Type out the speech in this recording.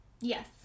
Yes